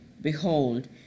behold